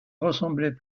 ressemblait